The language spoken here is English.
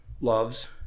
loves